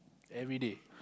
everyday